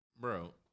Bro